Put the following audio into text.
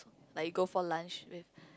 like you go for lunch with